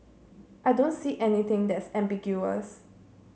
I don't see anything that's ambiguous